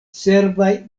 cerbaj